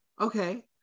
Okay